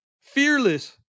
Fearless